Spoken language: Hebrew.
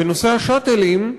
ונושא ה"שאטלים",